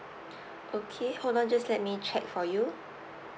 okay hold on just let me check for you